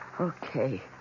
Okay